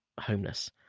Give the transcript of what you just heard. homeless